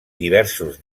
diversos